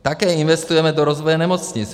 Také investujeme do rozvoje nemocnic.